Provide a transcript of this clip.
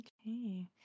Okay